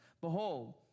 Behold